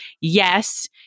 Yes